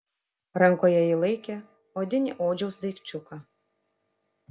rankoje ji laikė odinį odžiaus daikčiuką